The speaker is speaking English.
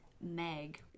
Meg